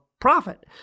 profit